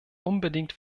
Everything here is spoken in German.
unbedingt